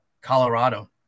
Colorado